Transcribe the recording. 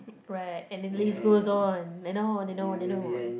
right and the list goes on and on and on and on